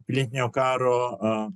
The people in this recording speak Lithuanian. pilietinio karo